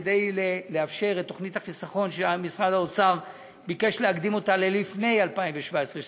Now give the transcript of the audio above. כדי לאפשר את תוכנית החיסכון שמשרד האוצר ביקש להקדים אותה ללפני 2017,